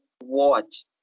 watch